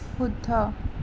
শুদ্ধ